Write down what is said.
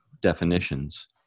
definitions